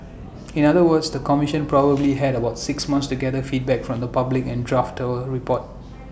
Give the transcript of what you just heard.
in other words the commission probably had about six months to gather feedback from the public and draft A report